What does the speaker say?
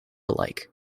alike